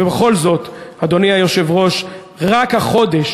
ובכל זאת, אדוני היושב-ראש, רק החודש